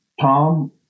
Tom